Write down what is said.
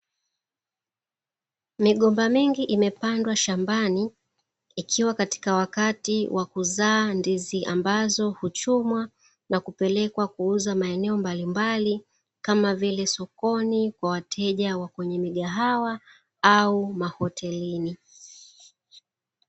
Migomba mingi imepandwa shambani, ikiwa katika wakati wa kuzaa ndizi ambazo huchumwa na kupelekwa kuuzwa maeneo mbali mbali, kama vile sokoni, kwa wateja wa kwenye migahawa au ma hotelini.